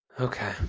Okay